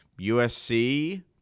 USC